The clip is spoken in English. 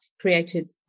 created